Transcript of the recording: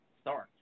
start